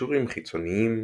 קישורים חיצוניים